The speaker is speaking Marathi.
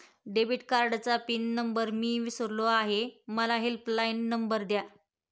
डेबिट कार्डचा पिन नंबर मी विसरलो आहे मला हेल्पलाइन नंबर द्या